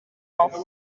auf